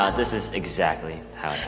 ah this is exactly how it